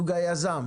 היזם.